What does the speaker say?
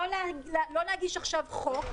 לא נגיש עכשיו חוק,